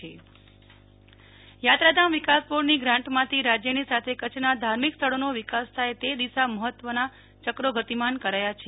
નેહલ ઠક્કર કચ્છ યાત્રાધામ યાત્રાધામ વિકાસ બોર્ડની ગ્રાન્ટમાંથી રાજ્યની સાથે કચ્છના ધાર્મિક સ્થળોનો વિકાસ થાય તે દિશામાં મહત્ત્વનાં ચક્રો ગતિમાન કરાયાં છે